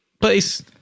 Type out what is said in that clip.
place